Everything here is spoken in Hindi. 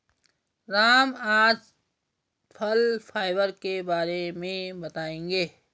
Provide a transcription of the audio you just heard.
राम आज फल फाइबर के बारे में बताएँगे